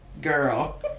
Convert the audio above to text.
girl